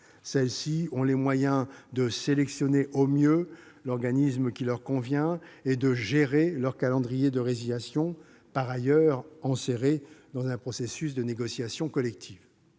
Celles-ci ont les moyens de sélectionner au mieux l'organisme qui leur convient et de gérer leur calendrier de résiliation, par ailleurs enserré dans un processus de négociation collective.